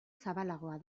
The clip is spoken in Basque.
zabalagoa